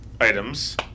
items